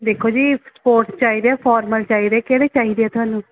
ਦੇਖੋ ਜੀ ਸਪੋਰਟਸ ਚਾਹੀਦੇ ਆ ਫਾਰਮਲ ਚਾਹੀਦੇ ਕਿਹੜੇ ਚਾਹੀਦੇ ਆ ਤੁਹਾਨੂੰ